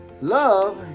Love